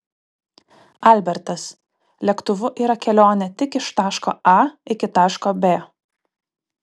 albertas lėktuvu yra kelionė tik iš taško a iki taško b